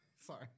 sorry